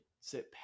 sit